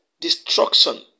destruction